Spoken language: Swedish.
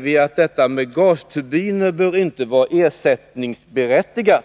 bl.a. att detta med gasturbiner inte bör vara ersättningsberättigat.